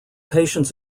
patients